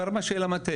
ברמה של המטה.